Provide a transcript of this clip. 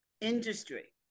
industry